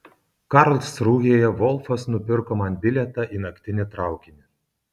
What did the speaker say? karlsrūhėje volfas nupirko man bilietą į naktinį traukinį